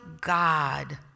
God